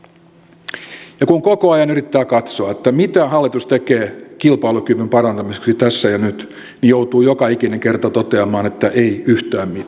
ja kun koko ajan yrittää katsoa mitä hallitus tekee kilpailukyvyn parantamiseksi tässä ja nyt niin joutuu joka ikinen kerta toteamaan että ei yhtään mitään